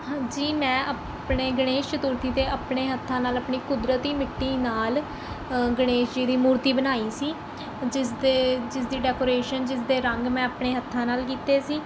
ਹਾਂਜੀ ਮੈਂ ਆਪਣੇ ਗਣੇਸ਼ ਚਤੁਰਥੀ 'ਤੇ ਆਪਣੇ ਹੱਥਾਂ ਨਾਲ ਆਪਣੀ ਕੁਦਰਤੀ ਮਿੱਟੀ ਨਾਲ ਗਣੇਸ਼ ਜੀ ਦੀ ਮੂਰਤੀ ਬਣਾਈ ਸੀ ਜਿਸਦੇ ਜਿਸ ਦੀ ਡੈਕੋਰੇਸ਼ਨ ਜਿਸ ਦੇ ਰੰਗ ਮੈਂ ਆਪਣੇ ਹੱਥਾਂ ਨਾਲ ਕੀਤੇ ਸੀ